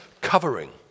covering